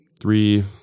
three